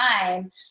time